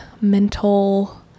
mental